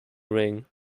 ring